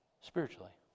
spiritually